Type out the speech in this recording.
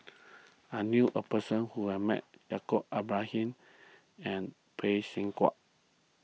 I knew a person who has met Yaacob Ibrahim and Phay Seng Whatt